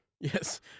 Yes